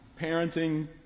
Parenting